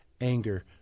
anger